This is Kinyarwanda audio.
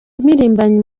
impirimbanyi